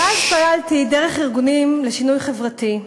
ואז פעלתי דרך ארגונים לשינוי חברתי,